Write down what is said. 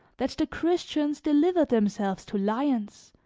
that the christians delivered themselves to lions,